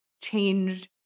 changed